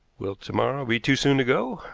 will to-morrow be too soon to go?